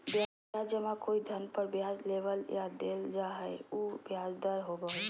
ब्याज जमा कोई धन पर ब्याज लेबल या देल जा हइ उ ब्याज दर होबो हइ